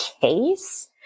case